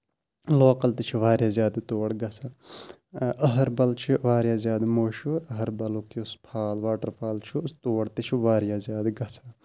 local تہِ چھِ واریاہ زیادٕ تور گژھان اہربَل چھُ واریاہ زیادٕ مَشہوٗر اہربَلُک یُس فَال واٹر فال چھُ تور تہِ چھ واریاہ زیادٕ گژھان